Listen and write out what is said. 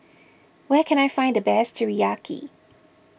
where can I find the best Teriyaki